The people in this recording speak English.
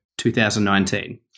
2019